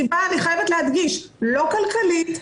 אני חייבת להדגיש שהסיבה היא לא כלכלית,